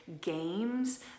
games